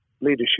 leadership